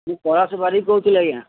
ମୁଁ କୈଳାସ ବାରିକ୍ କହୁଥିଲି ଆଜ୍ଞା